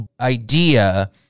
idea